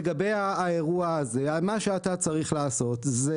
לגבי האירוע הזה מה שאתה צריך לעשות זה